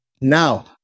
now